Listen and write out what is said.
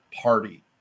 party